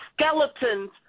skeletons